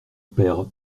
père